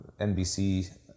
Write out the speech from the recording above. NBC